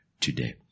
today